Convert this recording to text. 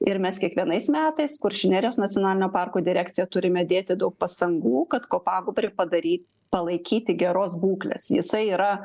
ir mes kiekvienais metais kuršių nerijos nacionalinio parko direkcija turime dėti daug pastangų kad kopagūbrį padaryt palaikyti geros būklės jisai yra